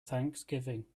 thanksgiving